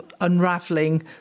unraveling